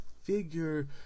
figure